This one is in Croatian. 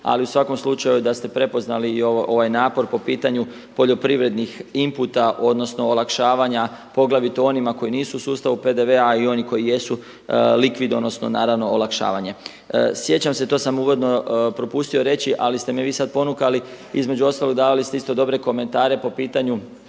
Ali u svakom slučaju da ste prepoznali i ovaj napor po pitanju poljoprivrednih inputa, odnosno olakšavanja poglavito onima koji nisu u sustavu PDV-a, a i oni koji jesu likvidonosno naravno olakšavanje. Sjećam se to sam uvodno propustio reći, ali ste me vi sad ponukali između ostalog davali ste isto dobre komentare po pitanju